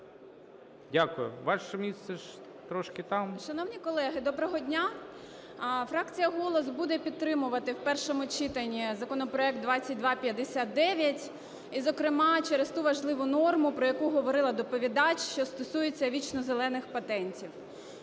10:50:28 СТЕФАНИШИНА О.А. Шановні колеги, доброго дня! Фракція "Голос" буде підтримувати в першому читанні законопроект 2259. І, зокрема, через ту важливу норму, про яку говорила доповідач, що стосується "вічнозелених патентів".